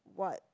what